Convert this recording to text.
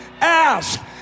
Ask